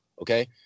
okay